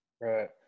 Right